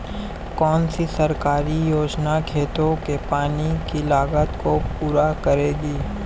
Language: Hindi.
कौन सी सरकारी योजना खेतों के पानी की लागत को पूरा करेगी?